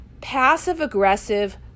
passive-aggressive